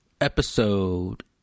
episode